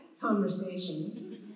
conversation